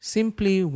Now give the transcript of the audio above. Simply